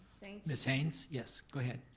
miss hayes, yes, go ahead.